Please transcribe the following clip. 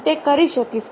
હું તે કરી શકીશ